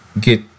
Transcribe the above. get